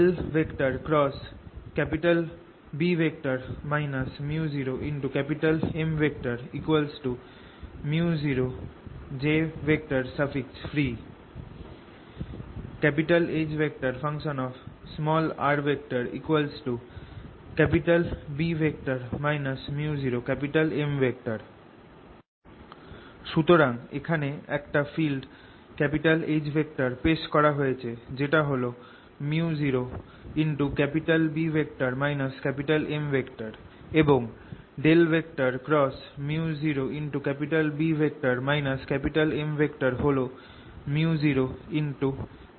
×B µ0M µ0jfree Hr B µ0M সুতরাং এখানে একটা ফিল্ড H পেশ করা হয়েছে যেটা হল µ0B M এবং ×µ0B M হল µ0jfree